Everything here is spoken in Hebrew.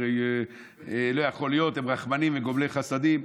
הרי לא יכול להיות, הם רחמנים וגומלי חסדים.